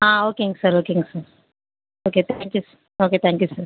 ஆ ஓகேங்க சார் ஓகேங்க sir okay thank you sir okay thank you sir